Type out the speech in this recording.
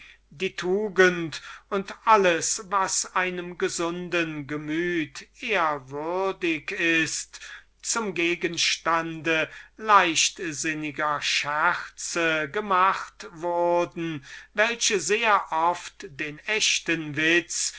die tugend selbst und alles was einem gesunden gemüt ehrwürdig ist zum gegenstand leichtsinniger scherze gemacht wurden welche sehr oft den echten witz